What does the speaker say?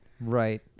Right